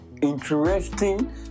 interesting